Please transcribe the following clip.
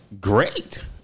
Great